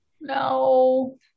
No